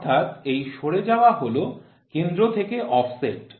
অর্থাৎ এই সরে যাওয়া হল কেন্দ্র থেকে অফসেট